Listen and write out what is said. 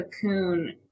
cocoon